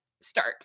start